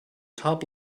top